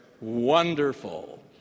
wonderful